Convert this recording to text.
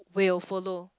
will follow